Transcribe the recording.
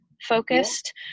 focused